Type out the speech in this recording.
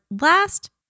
last